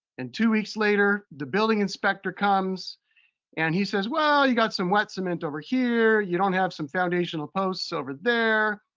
and two weeks later, the building inspector comes and he says, well, you got some wet cement over here, you don't have some foundational posts over there.